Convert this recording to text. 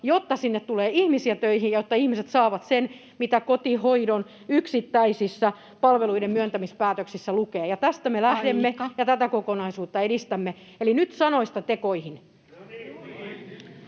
jotta sinne tulee ihmisiä töihin ja jotta ihmiset saavat sen, mitä kotihoidon yksittäisissä palveluiden myöntämispäätöksissä lukee. Tästä me lähdemme [Puhemies: Aika!] ja tätä kokonaisuutta edistämme, eli nyt sanoista tekoihin.